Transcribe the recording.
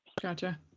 Gotcha